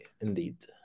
indeed